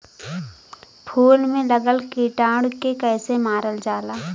फूल में लगल कीटाणु के कैसे मारल जाला?